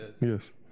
yes